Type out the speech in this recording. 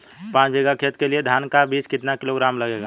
पाँच बीघा खेत के लिये धान का बीज कितना किलोग्राम लगेगा?